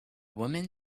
woman